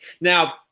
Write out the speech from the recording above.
Now